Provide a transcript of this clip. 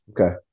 Okay